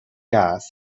gas